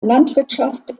landwirtschaft